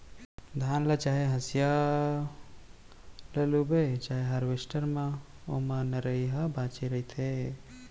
धान ल चाहे हसिया ल लूबे चाहे हारवेस्टर म ओमा नरई ह बाचे रहिथे